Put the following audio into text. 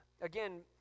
Again